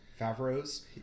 favreau's